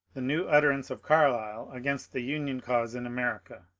the new utter ance of carlyle against the union cause in america.